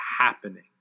happening